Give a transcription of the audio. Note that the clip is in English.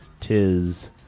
tis